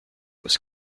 was